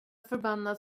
förbannad